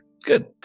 good